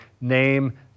name